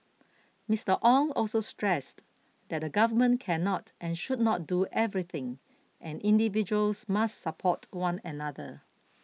Mister Ong also stressed that the Government cannot and should not do everything and individuals must support one another